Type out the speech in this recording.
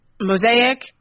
Mosaic